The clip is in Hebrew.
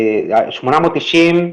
ה-890,